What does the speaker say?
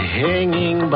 hanging